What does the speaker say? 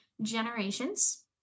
generations